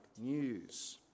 news